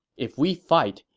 if we fight,